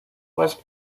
was